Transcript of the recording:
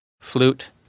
flute